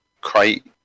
crate